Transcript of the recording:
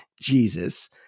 Jesus